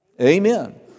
Amen